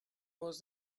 was